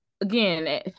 again